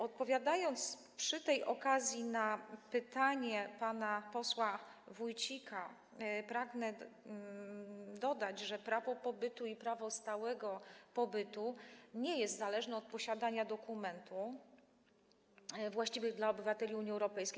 Odpowiadając przy tej okazji na pytanie pana posła Wójcika, pragnę dodać, że prawo do pobytu i prawo do stałego pobytu nie są zależne od posiadania dokumentów właściwych dla obywateli Unii Europejskiej.